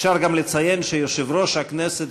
אפשר גם לציין שיושב-ראש הכנסת,